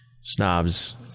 snobs